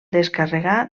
descarregar